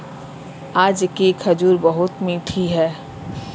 आज की खजूर बहुत मीठी थी